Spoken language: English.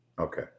Okay